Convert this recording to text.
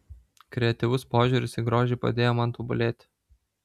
kreatyvus požiūris į grožį padėjo man tobulėti